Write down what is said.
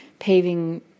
Paving